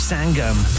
Sangam